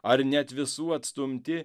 ar net visų atstumti